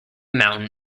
mountain